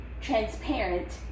transparent